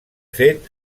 fet